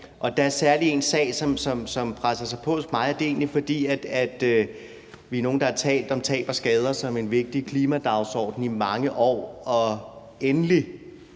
Der er særlig én sag, som presser sig på hos mig. Vi er nogle, der har talt om tab og skader som en vigtig klimadagsorden i mange år, og endelig